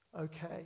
okay